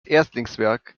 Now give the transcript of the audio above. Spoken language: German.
erstlingswerk